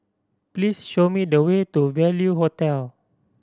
please show me the way to Value Hotel